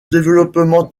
développement